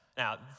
Now